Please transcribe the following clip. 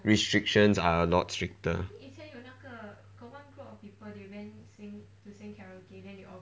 restrictions are lot stricter